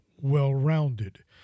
well-rounded